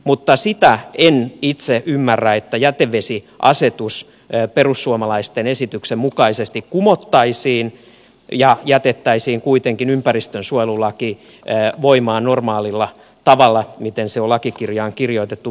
mutta sitä en itse ymmärrä että jätevesiasetus perussuomalaisten esityksen mukaisesti kumottaisiin ja jätettäisiin kuitenkin ympäristönsuojelulaki voimaan normaalilla tavalla siten miten se on lakikirjaan kirjoitettu